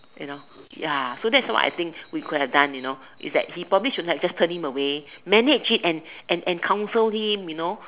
you know ya so that's what we think you could have done you know is that he probably should have like turn him away manage it and and and and council him you know